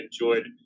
enjoyed